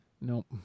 Nope